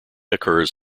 occurs